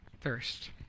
thirst